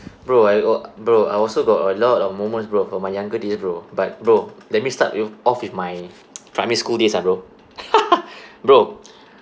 bro I al~ bro I also got a lot of moments bro from my younger days bro but bro let me start you off with my primary school days ah bro bro